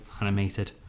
animated